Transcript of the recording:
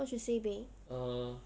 what she say babe